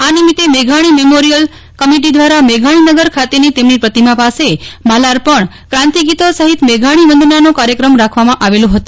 આ નિમિત્તે મેઘાણી મેમોરિયલ કમિટી દ્વારા મેઘાણીનગર ખાતેની તેમની પ્રતિમા પાસે માલ્યાર્પણ ક્રાંતિગીતો સહિત મેઘાણી વંદનાનો કાર્યક્રમ રાખવામાં આવેલો હતો